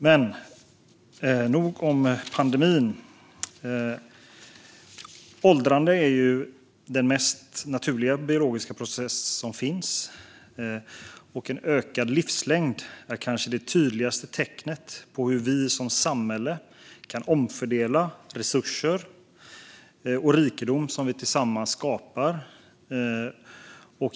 Men nog om pandemin. Åldrande är den mest naturliga biologiska process som finns. En ökad livslängd är kanske det tydligaste tecknet på hur vi som samhälle kan omfördela resurser och rikedom som vi tillsammans skapar.